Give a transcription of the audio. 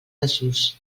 desús